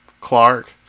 Clark